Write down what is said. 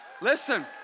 Listen